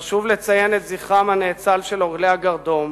חשוב לציין את זכרם הנאצל של עולי הגרדום